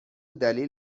دلیل